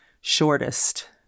shortest